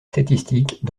statistiques